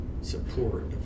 support